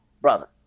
brother